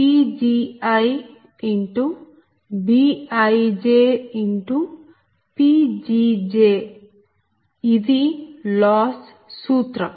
PLoss i1mj1mPgiBijPg jఇది loss సూత్రం